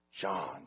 John